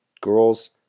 Girls